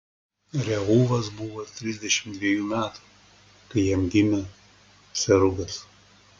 reuvas buvo trisdešimt dvejų metų kai jam gimė serugas